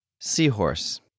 Seahorse